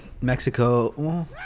Mexico